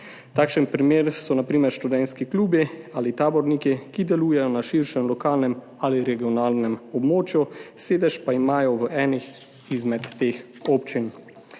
na primer študentski klubi ali taborniki, ki delujejo na širšem lokalnem ali regionalnem območju, sedež pa imajo v eni izmed teh občin.